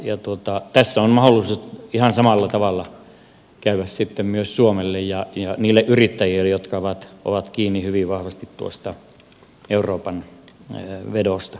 tässä on mahdollisuudet ihan samalla tavalla käydä sitten myös suomelle ja niille yrittäjille jotka ovat kiinni hyvin vahvasti euroopan vedosta